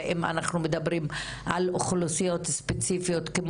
ואם אנחנו מדברים על אוכלוסיות ספציפיות אז